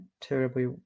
terribly